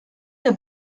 que